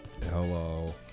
Hello